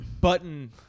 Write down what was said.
button